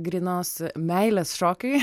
grynos meilės šokiui